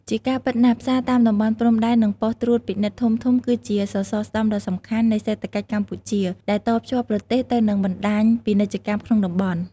ជាការពិតណាស់ ផ្សារតាមតំបន់ព្រំដែន និងប៉ុស្តិ៍ត្រួតពិនិត្យធំៗ គឺជា សរសរស្តម្ភដ៏សំខាន់ នៃសេដ្ឋកិច្ចកម្ពុជា ដែលតភ្ជាប់ប្រទេសទៅនឹងបណ្តាញពាណិជ្ជកម្មក្នុងតំបន់។